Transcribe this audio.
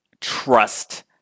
trust